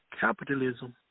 capitalism